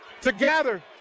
together